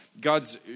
God's